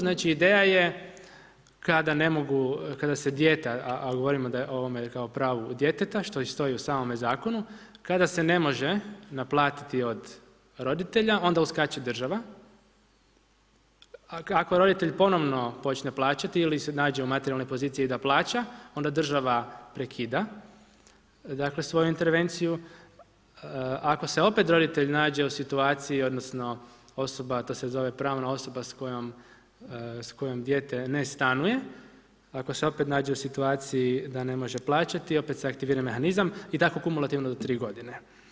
Znači ideja je kada ne mogu, kada se dijete, a govorimo o ovome kao pravu djeteta što i stoji u samome zakonu, kada se ne može naplatiti od roditelja, onda uskače država, ako roditelj ponovo počne plaćati ili se nađe u materijalnoj poziciji da plaća, onda država prekida svoju intervenciju, ako se opet roditelj nađe u situaciji, odnosno osoba, to se zove pravna osoba s kojom dijete ne stanuje, ako se opet nađe u situaciji da ne može plaćati, opet se aktivira mehanizam i tako kumulativno do 3 godine.